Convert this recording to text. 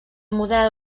model